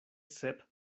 sep